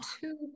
two